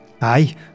Aye